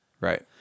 Right